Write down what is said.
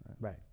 Right